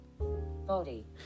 Bodhi